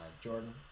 Jordan